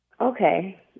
Okay